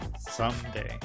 Someday